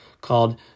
called